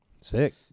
Sick